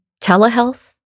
Telehealth